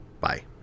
Bye